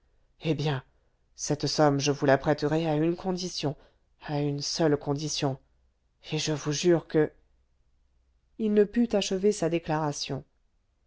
eh bien cette somme je vous la prêterai à une condition à une seule condition et je vous jure que il ne put achever sa déclaration